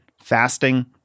fasting